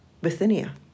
Bithynia